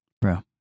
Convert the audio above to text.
Bro